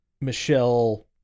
Michelle